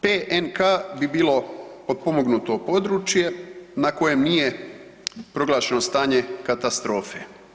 PNK bi bilo potpomognuto područje na kojem nije proglašeno stanje katastrofe.